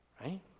right